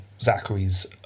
Zachary's